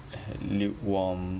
mm lukewarm